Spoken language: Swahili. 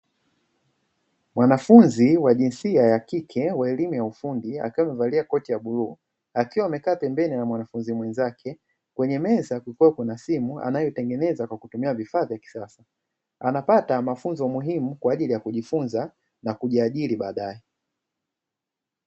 Mwanafunzi wa jinsia ya kike wa elimu ya ufundi akiwa amevalia koti ya bluu, akiwa amekaa pembeni na mwanafunzi mwenzake. Kwenye meza kukiwa kuna simu anayotengeneza kwa kutumia vifaa vya kisasa. Anapata mafunzo muhimu kwa ajili ya kujifunza na kujiajiri baadae.